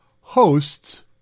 hosts